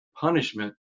punishment